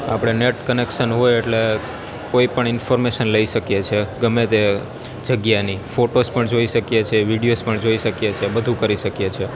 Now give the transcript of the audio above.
આપણે net connection હોય એટલે કોઈપણ ઇન્ફોર્મેશન લઈ શકીએ સે ગમેતે જગ્યાની ફોટોસ પણ જોઈ શકીએ સે વિડીઓસ પણ જોઈ શકીએ સે બધું કરી શકીએ છે